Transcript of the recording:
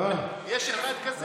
יש אחד כזה?